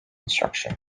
instruction